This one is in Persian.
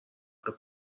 بحق